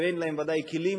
ואין להם ודאי כלים